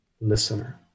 listener